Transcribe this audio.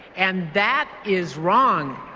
and that is wrong.